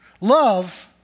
Love